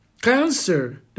cancer